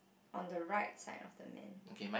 on the right side of the man